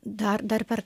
dar dar per